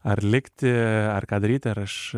ar likti ar ką daryti ar aš